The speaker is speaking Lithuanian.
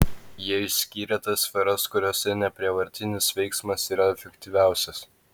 jie išskyrė tas sferas kuriose neprievartinis veiksmas yra efektyviausias